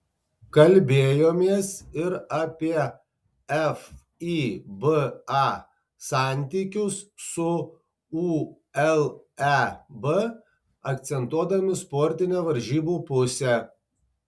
kalbėjomės ir apie fiba santykius su uleb akcentuodami sportinę varžybų pusę